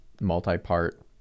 multi-part